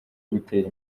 gutera